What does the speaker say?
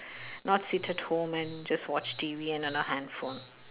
not sit at home and just watch T_V and on the handphone